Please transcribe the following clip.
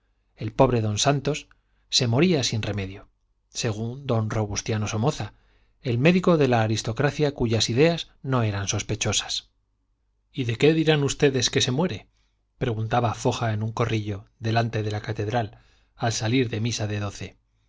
el pobre don santos se moría sin remedio según don robustiano somoza el médico de la aristocracia cuyas ideas no eran sospechosas y de qué dirán ustedes que se muere preguntaba foja en un corrillo delante de la catedral al salir de misa de doce